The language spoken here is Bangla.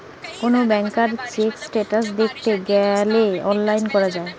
কোন ব্যাংকার চেক স্টেটাস দ্যাখতে গ্যালে অনলাইন করা যায়